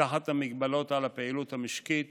תחת המגבלות על הפעילות המשקית